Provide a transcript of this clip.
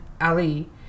Ali